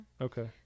Okay